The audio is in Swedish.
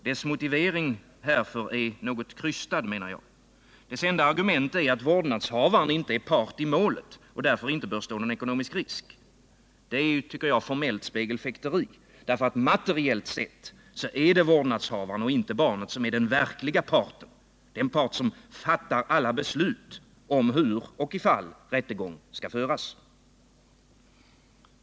Dess motivering härför är något krystad, menar jag. Dess enda argument är att vårdnadshavaren inte är part i målet och därför inte bör stå någon ekonomisk risk. Det är enligt min mening formellt spegelfäkteri. Materiellt sett är det vårdnadshavaren och inte barnet som är den verkliga parten, den part som fattar alla beslut om hur och ifall rättegång skall föras.